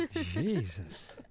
Jesus